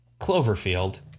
Cloverfield